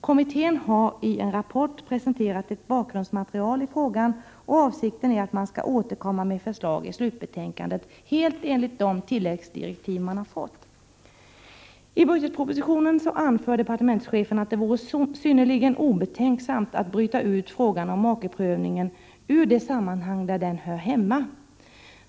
Kommittén har i en rapport presenterat ett bakgrundsmaterial i frågan, och avsikten är att man skall återkomma med förslag i slutbetänkandet, allt enligt de tilläggsdirektiv man fått. I budgetpropositionen anför departementschefen att det vore synnerligen obetänksamt att bryta ut frågan om makeprövningen ur det sammanhang där den hör hemma.